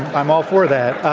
i'm all for that.